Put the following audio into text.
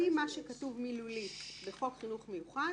לפי מה שכתוב מילולית בחוק חינוך מיוחד,